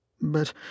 But